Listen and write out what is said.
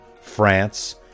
France